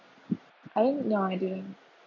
I don't know I didn't